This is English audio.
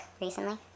recently